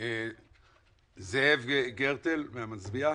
זאב גרטל, מ'המשביע'.